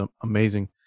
amazing